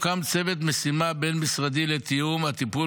הוקם צוות משימה בין-משרדי לתיאום הטיפול